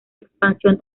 expansión